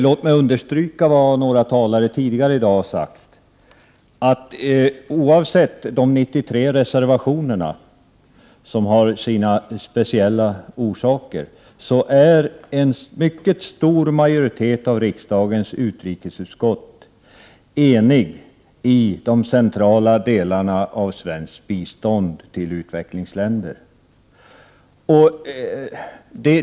Låt mig understryka vad några talare tidigare i dag har sagt, nämligen att oavsett de 93 reservationerna, som har sina speciella orsaker, är en mycket stor majoritet i riksdagens utrikesutskott enig i fråga om de centrala delarna av svenskt bistånd till utvecklingsländer.